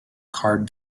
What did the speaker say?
card